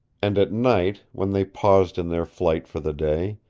and at night, when they paused in their flight for the day,